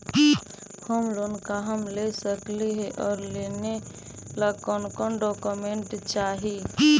Home loan का हम ले सकली हे, और लेने ला कोन कोन डोकोमेंट चाही?